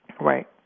Right